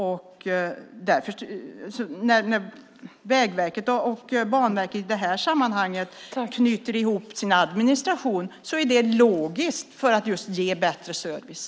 När Vägverket och Banverket i det här sammanhanget knyter ihop sin administration är det är logiskt för att just ge bättre service.